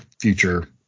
future